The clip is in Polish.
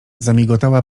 zamigotała